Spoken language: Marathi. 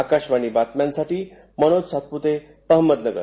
आकाशवाणी बातम्यांसाठी मनोज सातपुते अहमदनगर